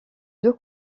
deux